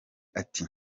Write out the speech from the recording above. ati